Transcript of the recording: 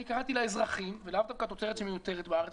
אני קראתי לאזרחים ולאו דווקא תוצרת שמיותרת בארץ,